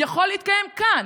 יכול היה להתקיים כאן,